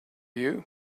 you